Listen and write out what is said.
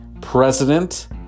president